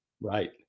Right